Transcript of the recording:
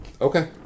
Okay